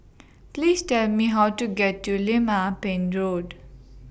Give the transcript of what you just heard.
Please Tell Me How to get to Lim Ah Pin Road